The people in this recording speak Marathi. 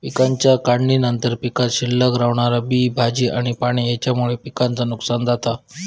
पिकाच्या काढणीनंतर पीकात शिल्लक रवणारा बी, भाजी आणि पाणी हेच्यामुळे पिकाचा नुकसान जाता